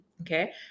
Okay